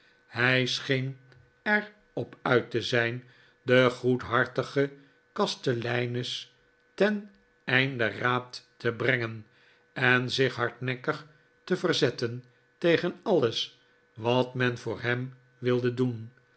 hij scheen er op uit te zijn de goedhartige kasteleines ten einde raad te brengen en zich hardnekkig te verzetten tegen alles wat men voor hem wilde doen